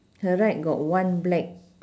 her right got one black